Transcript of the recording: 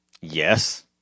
Yes